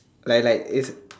like like it's